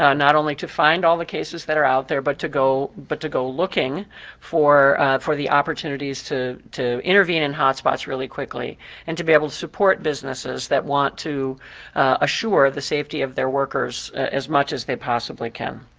ah not only to find all the cases that are out there, but to go but to go looking for for the opportunities to to intervene in hot spots really quickly and to be able to support businesses that want to assure the safety of their workers as much as they possibly can.